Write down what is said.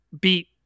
beat